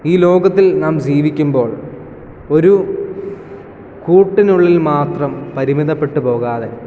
ഈ ലോകത്തിൽ നാം ജീവിക്കുമ്പോൾ ഒരു കൂട്ടിനുള്ളിൽ മാത്രം പരിമിതപ്പെട്ട് പോകാതെ